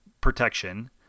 protection